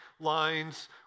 lines